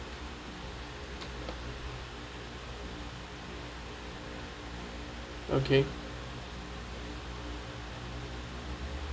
okay